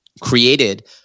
created